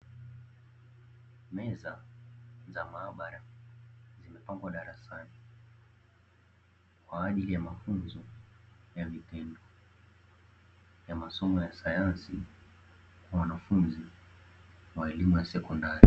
Meza za maabara zimepangwa darasani kwa ajili ya mafunzo ya vitendo ya masomo ya sayansi kwa wanafunzi wa elimu ya sekondari.